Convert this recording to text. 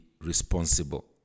responsible